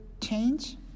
change